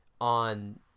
on